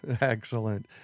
Excellent